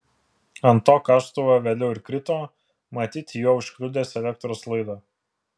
ant to kastuvo vėliau ir krito matyt juo užkliudęs elektros laidą